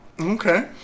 Okay